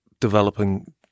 developing